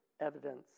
evidence